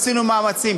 עשינו מאמצים,